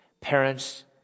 Parents